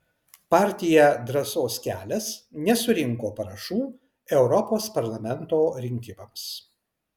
partija drąsos kelias nesurinko parašų europos parlamento rinkimams